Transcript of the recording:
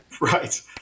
Right